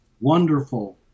wonderful